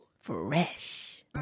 Fresh